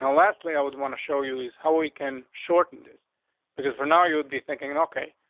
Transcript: and lastly i would want to show you is how we can shorten this because for now you would be thinking and ok,